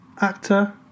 actor